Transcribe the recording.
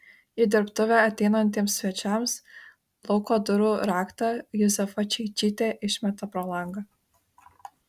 į dirbtuvę ateinantiems svečiams lauko durų raktą juzefa čeičytė išmeta pro langą